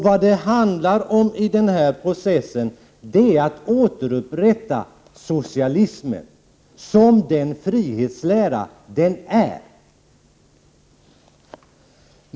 Vad det handlar om när det gäller denna process är att återupprätta socialismen som den frihetslära den är.